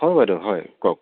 হয় বাইদেউ হয় কওক